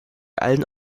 allen